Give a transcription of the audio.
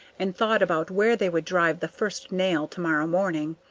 and thought about where they would drive the first nail tomorrow morning.